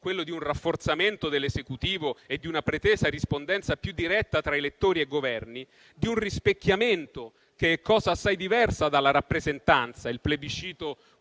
quello di un rafforzamento dell'Esecutivo e di una pretesa rispondenza più diretta tra elettori e Governi; di un rispecchiamento che è cosa assai diversa dalla rappresentanza, il plebiscito quotidiano